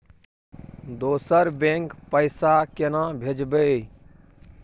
दोसर बैंक पैसा केना भेजबै?